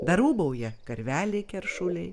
dar ūbauja karveliai keršuliai